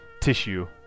tissue